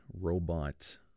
robot